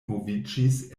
moviĝis